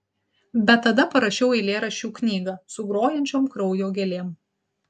bet tada parašiau eilėraščių knygą su grojančiom kraujo gėlėm